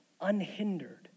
unhindered